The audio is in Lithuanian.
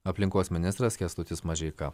aplinkos ministras kęstutis mažeika